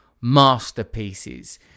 masterpieces